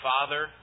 Father